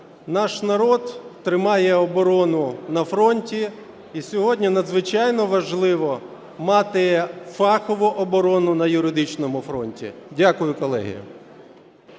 Наш народ тримає оборону на фронті і сьогодні надзвичайно важливо мати фахову оборону на юридичному фронті. Дякую, колеги.